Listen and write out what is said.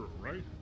right